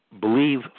believe